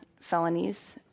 felonies